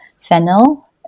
fennel